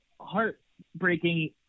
heartbreaking